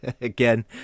again